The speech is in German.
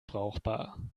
brauchbar